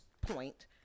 point